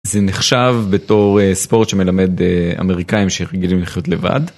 זה נחשב בתור ספורט שמלמד אמריקאים שרגילים לחיות לבד.